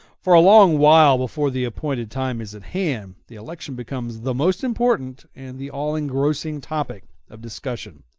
for a long while before the appointed time is at hand the election becomes the most important and the all-engrossing topic of discussion.